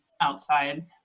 outside